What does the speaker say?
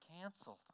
canceled